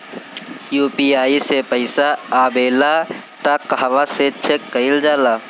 UPI मे पइसा आबेला त कहवा से चेक कईल जाला?